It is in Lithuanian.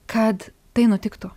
kad tai nutiktų